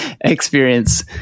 experience